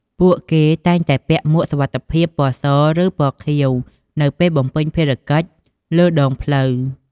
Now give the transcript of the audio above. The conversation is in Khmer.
ពួកគេតែងតែពាក់មួកសុវត្ថិភាពពណ៌ស ឬពណ៌ខៀវ នៅពេលបំពេញភារកិច្ចលើដងផ្លូវ។